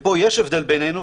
ופה יש הבדל בינינו,